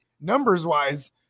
Numbers-wise